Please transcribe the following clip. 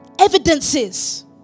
evidences